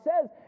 says